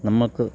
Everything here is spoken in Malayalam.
നമ്മള്ക്ക്